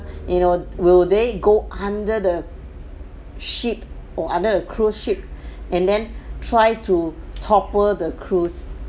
you know will they go under the ship or under the cruise ship and then try to topple the cruise